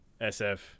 SF